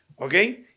okay